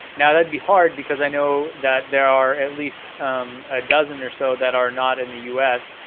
now that'd be hard, because i know that there are at least a dozen or so that are not in the us.